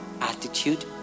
attitude